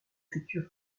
future